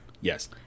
Yes